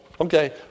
okay